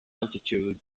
altitude